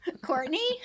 Courtney